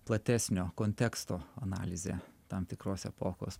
platesnio konteksto analizė tam tikros epochos